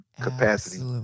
capacity